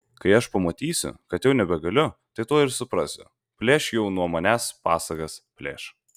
kai aš pamatysiu kad jau nebegaliu tai tuoj ir suprasiu plėš jau nuo manęs pasagas plėš